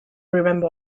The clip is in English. remember